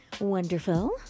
wonderful